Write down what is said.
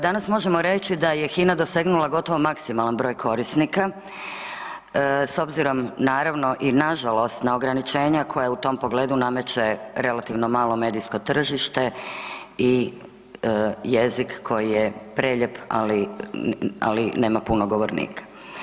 Danas možemo reći da je HINA dosegnula gotovo maksimalan broj korisnika s obzirom naravno i nažalost na ograničenja koja u tom pogledu nameće relativno malo medijsko tržište i jezik koji je prelijep, ali nema puno govornika.